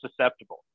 susceptible